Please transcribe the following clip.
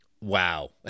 Wow